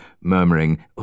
murmuring